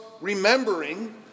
remembering